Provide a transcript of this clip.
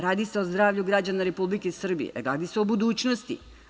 Radi se o zdravlju građana Republike Srbije, radi se o budućnosti.